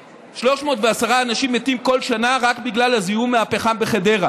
310 אנשים מתים כל שנה רק בגלל הזיהום מהפחם בחדרה.